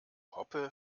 hoppe